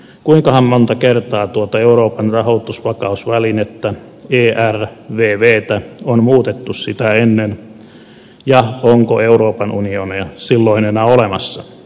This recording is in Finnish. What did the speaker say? kuinkahan monta kertaa tuota euroopan rahoitusvakausvälinettä ervvtä on muutettu sitä ennen ja onko euroopan unionia silloin enää olemassa